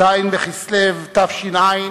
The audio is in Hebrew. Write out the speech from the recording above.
ז' בכסלו התש"ע,